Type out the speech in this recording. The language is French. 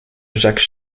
jacques